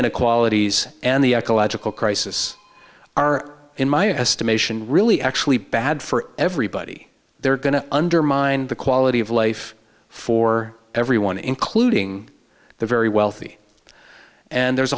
inequalities and the ecological crisis are in my estimation really actually bad for everybody they're going to undermine the quality of life for everyone including the very wealthy and there's